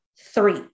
three